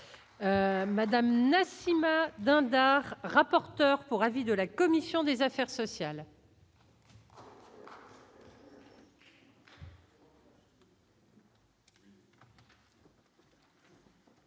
Madame Nassimah Dindar. Rapporteur pour avis de la commission des affaires sociales.